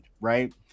right